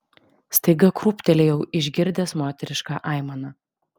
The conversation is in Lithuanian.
staiga krūptelėjau išgirdęs moterišką aimaną